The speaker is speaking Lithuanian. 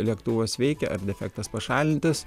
lėktuvas veikia ar defektas pašalintas